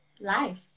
life